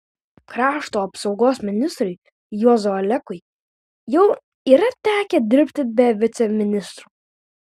krašto apsaugos ministrui juozui olekui jau yra tekę dirbti be viceministrų